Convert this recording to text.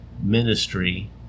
ministry